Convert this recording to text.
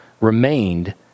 remained